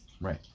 Right